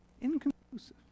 Inconclusive